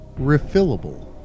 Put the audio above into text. Refillable